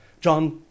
John